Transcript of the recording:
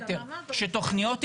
שתוכניות התחדשות,